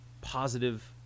positive